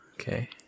Okay